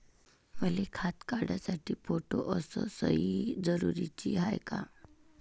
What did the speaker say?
मले खातं काढासाठी फोटो अस सयी जरुरीची हाय का?